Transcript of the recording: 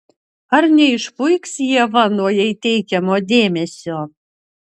ar neišpuiks ieva nuo jai teikiamo dėmesio